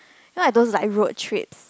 I don't like road trip